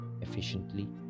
efficiently